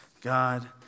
God